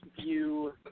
view